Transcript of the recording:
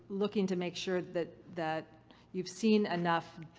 looking to make sure that that you've seen enough